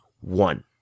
one